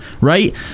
right